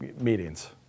meetings